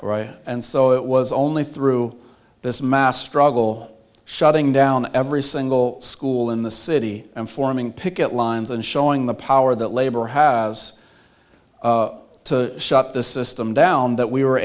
six and so it was only through this mass struggle shutting down every single school in the city and forming picket lines and showing the power that labor has to shut the system down that we were